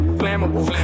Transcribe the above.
flammable